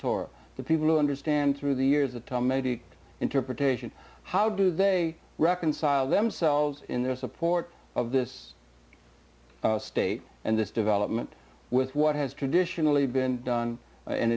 torah the people who understand through the years of time maybe interpretation how do they reconcile themselves in their support of this state and this development with what has traditionally been done and